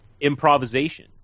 improvisation